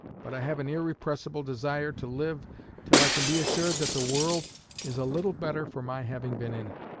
but i have an irrepressible desire to live till i can be assured that the world is a little better for my having been in it.